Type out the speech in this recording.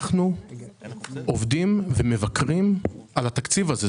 אנחנו עובדים ומבקרים את התקציב הזה.